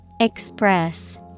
Express